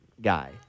guy